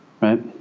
right